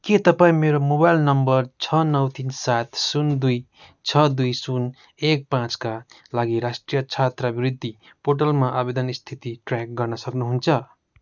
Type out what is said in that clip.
के तपाईँँ मेरो मोबाइल नम्बर छ नौ तिन सात शून्य दुई छ दुई शून्य एक पाँचका लागि राष्ट्रिय छात्रवृत्ति पोर्टलमा आवेदन स्थिति ट्र्याक गर्न सक्नुहुन्छ